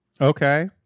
Okay